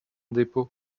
dépôt